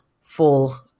full